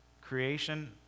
creation